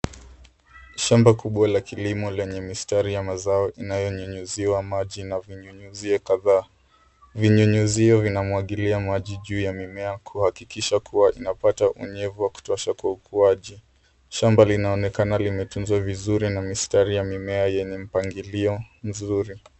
Shamba kubwa la kilimo lenye mistari ya mazao inayonyunyiziwa maji na vinyunyizio kadhaa. Vinyunyizio vinamwagilia maji juu ya mimea kuhakikisha kuwa inapata unyevu wa kutosha kwa ukuaji. Shamba linaonekana limetunzwa vizuri na mistari ya mimea yenye mpangilio mzuri.